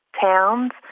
towns